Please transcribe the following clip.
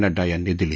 नड्डा यांनी दिली